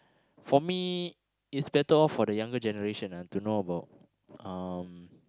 for me it's better off for the younger generation ah to know about um